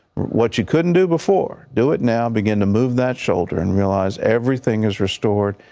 what you couldn't do before, do it now, begin to move that shoulder and realize everything is restored,